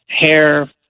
hair